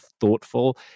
thoughtful